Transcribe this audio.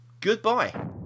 Goodbye